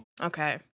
Okay